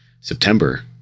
September